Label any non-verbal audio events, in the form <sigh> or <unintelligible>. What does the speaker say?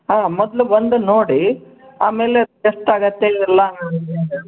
ಹ್ಞೂ ಮೊದಲು ಬಂದು ನೋಡಿ ಆಮೇಲೆ ಎಷ್ಟಾಗುತ್ತೆ ಎಲ್ಲ <unintelligible>